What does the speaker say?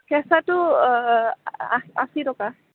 কেঁচাটো আশী আশী টকা